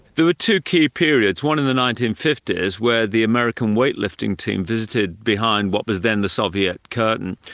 there were two key periods, one in the nineteen fifty s where the american weightlifting team visited behind what was then the soviet curtain,